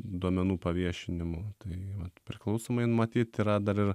duomenų paviešinimu tai vat priklausomai matyt yra dar ir